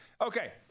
Okay